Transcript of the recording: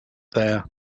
there